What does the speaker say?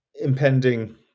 impending